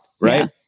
Right